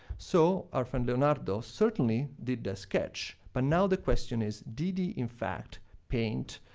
so, our friend leonardo certainly did a sketch, but now the question is did in fact paint,